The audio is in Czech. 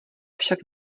však